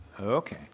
Okay